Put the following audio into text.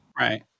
Right